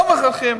לא מכריחים.